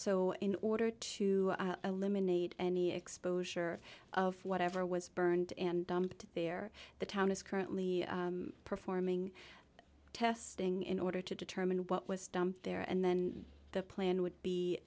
so in order to eliminate any exposure of whatever was burned and dumped there the town is currently performing testing in order to determine what was dumped there and then the plan would